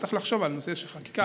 וצריך לחשוב על נושא החקיקה.